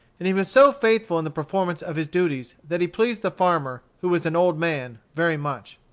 and he was so faithful in the performance of his duties that he pleased the farmer, who was an old man, very much.